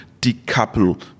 decouple